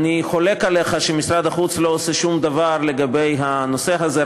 אני חולק עליך שמשרד החוץ לא עושה שום דבר בנושא הזה.